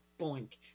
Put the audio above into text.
boink